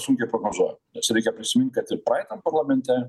sunkiai prognozuojama nes reikia prisimint kad ir praeitam parlamente